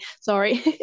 sorry